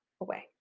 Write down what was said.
away